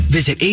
Visit